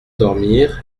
dormir